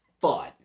fun